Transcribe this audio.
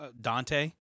Dante